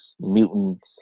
mutants